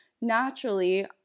Naturally